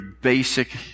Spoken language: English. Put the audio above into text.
basic